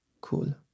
Cool